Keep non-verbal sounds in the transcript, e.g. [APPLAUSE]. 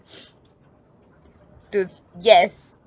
[NOISE] to~ yes